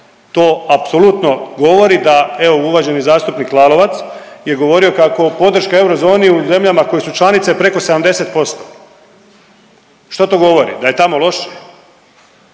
To apsolutno govori da evo uvaženi zastupnik Lalovac je govorio kako podrška eurozoni u zemljama koje su članice preko 70%. Što to govori? Da je tamo loše